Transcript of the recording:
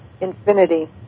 infinity